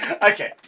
Okay